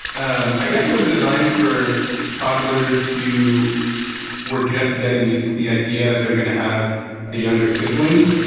um i guess it was designed for toddlers who were just getting used to the idea that they were going to have a younger sibling.